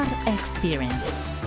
Experience